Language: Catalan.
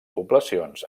poblacions